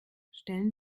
stellen